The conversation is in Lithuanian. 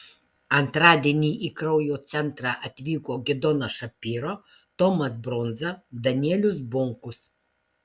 antradienį į kraujo centrą atvyko gidonas šapiro tomas brundza danielius bunkus